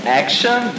action